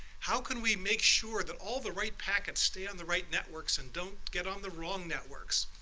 how can we make sure that all the right packets stay on the right networks and don't get on the wrong networks?